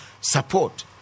support